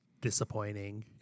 disappointing